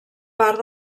part